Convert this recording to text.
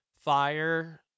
fire